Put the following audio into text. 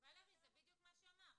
פה --- ולרי, זה בדיוק מה שאמרת.